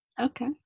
Okay